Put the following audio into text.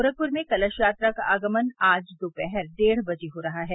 गोरखपुर में कलश यात्रा का आगमन आज दोपहर डेढ़ बजे हो रहा है